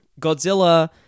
Godzilla